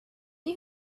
you